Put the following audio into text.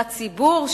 לציבור,